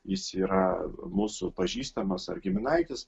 jis yra mūsų pažįstamas ar giminaitis